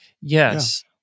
Yes